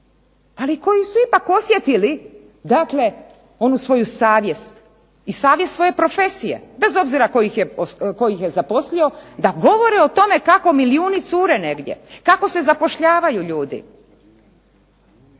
Ali koji su ipak osjetili onu svoju savjest i savjest svoje profesije, bez obzira tko ih je zaposlio da govore o tome kako milijuni cure negdje, kako se zapošljavaju ljudi,